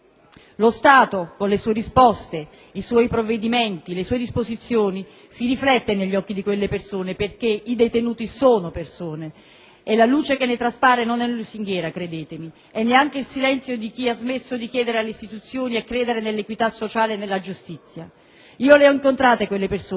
Lo Stato, con le sue risposte, i suoi provvedimenti, le sue disposizioni, si riflette negli occhi di quelle persone, perché i detenuti sono persone, e la luce che ne traspare non è lusinghiera - credetemi - e neanche il silenzio di chi ha smesso di chiedere alle istituzioni e credere nell'equità sociale e nella giustizia. Io le ho incontrate quelle persone